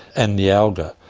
and the alga.